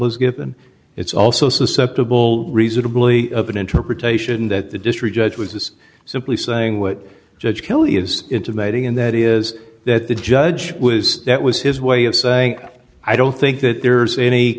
given it's also susceptible reasonably of an interpretation that the district judge was simply saying what judge kelly is intimating and that is that the judge was that was his way of saying i don't think that there's any